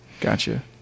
gotcha